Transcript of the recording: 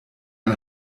ein